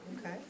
Okay